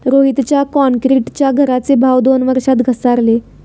रोहितच्या क्रॉन्क्रीटच्या घराचे भाव दोन वर्षात घसारले